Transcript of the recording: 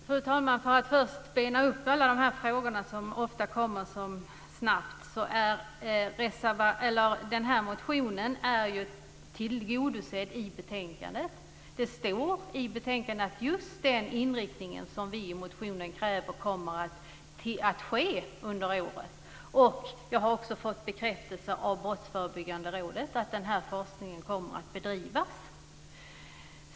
Fru talman! För att först bena upp frågorna som ofta kommer snabbt, vill jag säga att motionen är tillgodosedd i betänkandet. Det står i betänkandet att just den inriktning som vi i motionen kräver kommer att följas under året. Jag har också fått bekräftelse av Brottsförebyggande rådet att den forskningen kommer att bedrivas.